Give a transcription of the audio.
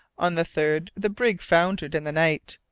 on the third, the brig foundered in the night,